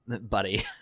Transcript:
buddy